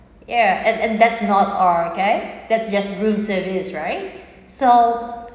yeah and and that's not all okay that's just room service right so